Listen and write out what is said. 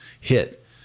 hit